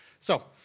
so,